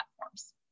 platforms